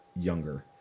younger